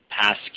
past